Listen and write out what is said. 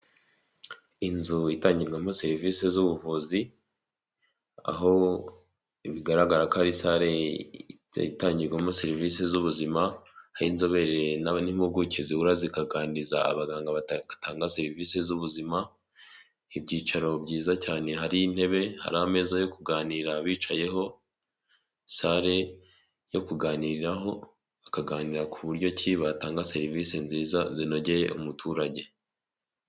Inzu itangirwamo serivisi z'ubuvuzi, aho bigaragara ko ari sare itangirwamo serivisi z'ubuzima, aho inzobere n' impuguke zibura zikaganiriza abagangatanga serivisi z'ubuzima, ibyicaro byiza cyane hari intebe, hari ameza yo kuganira abicayeho, sare yo kuganiraho bakaganira ku buryo kibi batanga serivisi nziza zinogeye umuturage.